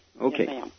Okay